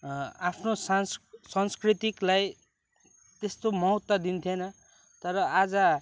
आफ्नो सांस संस्कृतिलाई त्यस्तो महत्त्व दिन्थेनन् तर आज